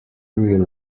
real